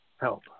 help